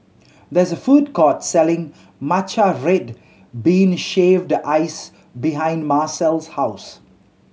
there is a food court selling matcha red bean shaved ice behind Marcel's house